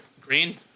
Green